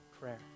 prayer